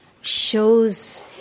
shows